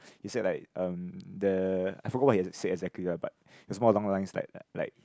he said like um the I forgot what he said exactly ah but it's more along lines like like like